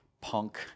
punk